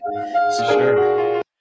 sure